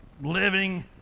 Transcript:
living